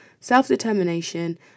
self-determination